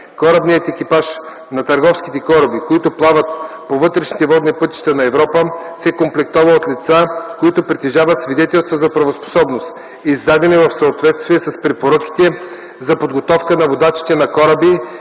Корабният екипаж на търговските кораби, които плават по вътрешните водни пътища на Европа, се комплектова от лица, които притежават свидетелства за правоспособност, издадени в съответствие с Препоръките за подготовка на водачите на кораби